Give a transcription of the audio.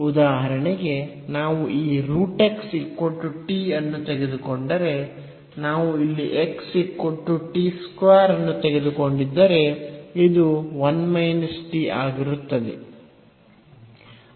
ಉದಾಹರಣೆಗೆ ನಾವು ಈ √x t ಅನ್ನು ತೆಗೆದುಕೊಂಡರೆ ನಾವು ಇಲ್ಲಿ x t 2 ಅನ್ನು ತೆಗೆದುಕೊಂಡಿದ್ದರೆ ಇದು 1 t ಆಗಿರುತ್ತದೆ